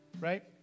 right